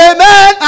Amen